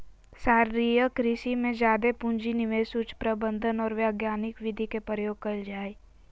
सागरीय कृषि में जादे पूँजी, निवेश, उच्च प्रबंधन और वैज्ञानिक विधि के प्रयोग कइल जा हइ